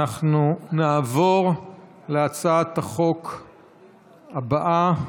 אנחנו נעבור להצעת החוק הבאה.